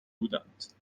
بودند